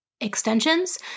extensions